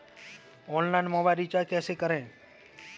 Online mobile recharge कैसे करें?